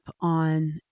on